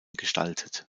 gestaltet